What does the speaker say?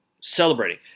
celebrating